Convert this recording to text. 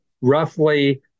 roughly